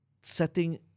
setting